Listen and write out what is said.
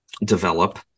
develop